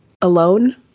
Alone